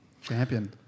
Champion